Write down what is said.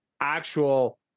actual